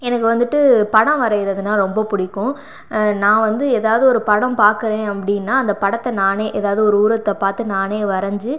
எனக்கு வந்துட்டு படம் வரைகிறதுன்னா ரொம்ப பிடிக்கும் நான் வந்து எதாவது ஒரு படம் பார்க்குறேன் அப்படின்னா அந்த படத்தை நானே ஏதாவது ஒரு உருவத்தை பார்த்து நானே வரஞ்சு